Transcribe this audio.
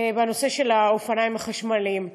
האופניים החשמליים.